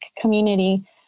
community